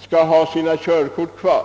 skall få ha sitt körkort kvar.